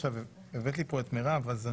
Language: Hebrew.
הבאת לכאן את מירב בן